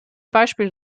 beispiel